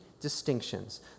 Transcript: distinctions